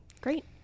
Great